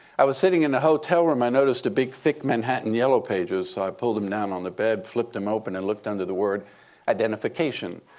i was sitting in the hotel room. i noticed a big thick manhattan yellow pages. so i pulled them down on the bed, flipped them open, and looked under the word identification.